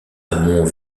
amont